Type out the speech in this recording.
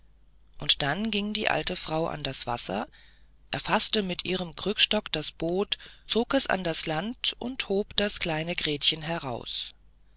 und dann ging die alte frau an das wasser erfaßte mit ihrem krückstock das boot zog es an das land und hob das kleine gretchen heraus